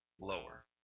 lower